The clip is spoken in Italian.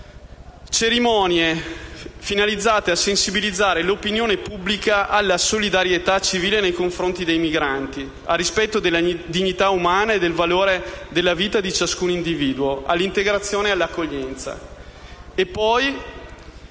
cerimonie finalizzate a sensibilizzare l'opinione pubblica alla solidarietà civile nei confronti dei migranti, al rispetto della dignità umana e del valore della vita di ciascun individuo, all'integrazione e all'accoglienza.